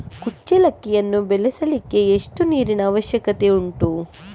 ಕುಚ್ಚಲಕ್ಕಿಯನ್ನು ಬೆಳೆಸಲಿಕ್ಕೆ ಎಷ್ಟು ನೀರಿನ ಅವಶ್ಯಕತೆ ಉಂಟು?